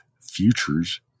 futures